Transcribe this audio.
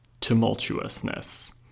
tumultuousness